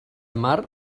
mar